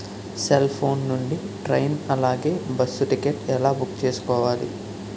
Cell phone నుండి train అలాగే bus ticket ఎలా బుక్ చేసుకోవాలి?